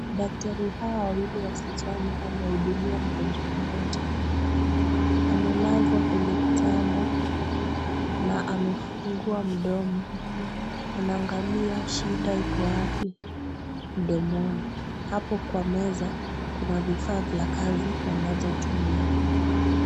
Daktari hawa wawili wasichana wanahudumia mgonjwa mmoja. Amelazwa kwenye kitanda na amefungua mdomo. Anaangalia shida iko wapi mdomoni. Hapo kwa meza kuna vifaa vya kazi wanazotumia.